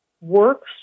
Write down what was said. works